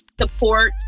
support